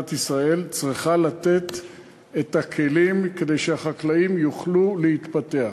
מדינת ישראל צריכה לתת את הכלים כדי שהחקלאים יוכלו להתפתח,